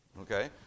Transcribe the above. Okay